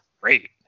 great